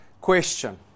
question